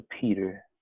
Peter